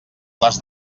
les